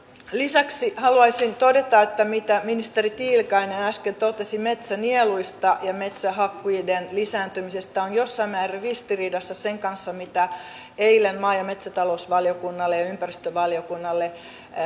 lisäksi haluaisin todeta että se mitä ministeri tiilikainen äsken totesi metsänieluista ja metsähakkuiden lisääntymisestä on jossain määrin ristiriidassa sen kanssa mitä eilen maa ja metsätalousvaliokunnalle ja ja ympäristövaliokunnalle